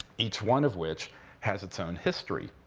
each one of which has its own history.